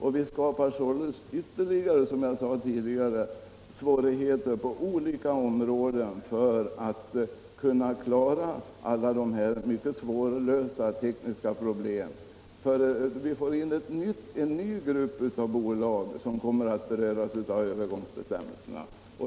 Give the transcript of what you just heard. Vi skapar sålunda, som jag tidigare påpekat på olika områden ytterligare svårigheter att klara alla mycket svårlösta tekniska problem. Vi får en ny grupp av bolag som kommer att beröras av övergångsbestämmelserna.